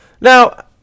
Now